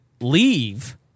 leave